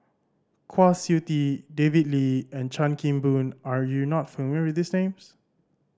Kwa Siew Tee David Lee and Chan Kim Boon are you not familiar with these names